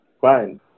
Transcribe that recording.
fine